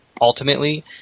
ultimately